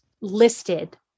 listed